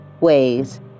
ways